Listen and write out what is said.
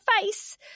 face